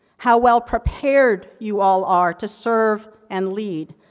how well prepared you all are to serve, and lead,